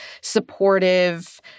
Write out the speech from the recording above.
supportive